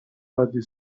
عادی